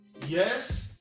yes